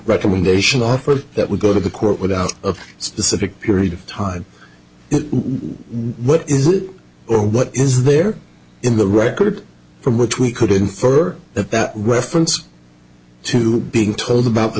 recommendation offered that would go to the court without a specific period of time what is it or what is there in the record from which we could infer that that reference to being told about the